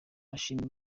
ashima